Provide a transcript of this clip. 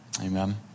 Amen